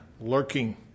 lurking